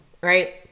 Right